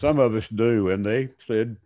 some of us do and they said